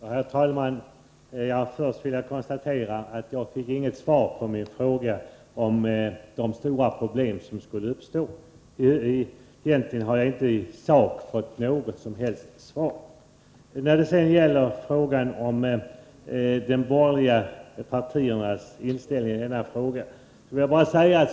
Herr talman! Först vill jag konstatera att jag inte fick något svar på min fråga om de stora problem som skulle uppstå. Egentligen har jag inte i sak fått något som helst svar. Så till de borgerliga partiernas inställning i denna fråga.